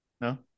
No